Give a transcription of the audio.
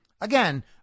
Again